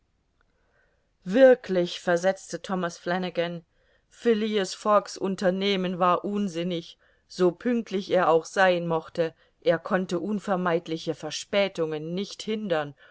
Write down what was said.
wirklich versetzte thomas flanagan phileas fogg's unternehmen war unsinnig so pünktlich er auch sein mochte er konnte unvermeidliche verspätungen nicht hindern